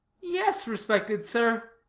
yes, respected sir.